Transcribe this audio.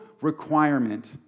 requirement